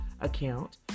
account